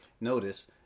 Notice